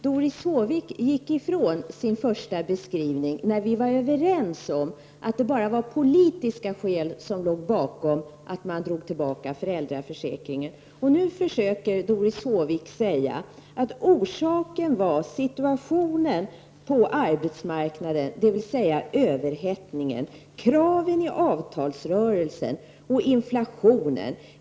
Doris Håvik gick ifrån sin första beskrivning, där vi var överens om att det bara var av politiska skäl som man drog tillbaka föräldraförsäkringen. Nu försöker Doris Håvik säga att orsaken var situationen på arbetsmarknaden — dvs. överhettningen —, kraven i avtalsrörelsen och inflationen.